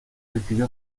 decidió